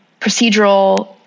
procedural